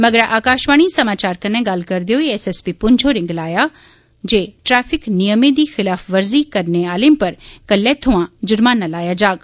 मगरा आकाशवाणी समाचार कन्नै गल्ल करदे होई एस एस पी पुंछ होरे गलाया जे ट्रैफिक नियमें दी खिलाफवर्जी करने आले उप्पर कल्लै सोयां जुर्माना लाया जाग